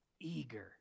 eager